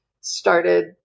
started